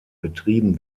betrieben